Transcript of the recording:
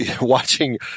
watching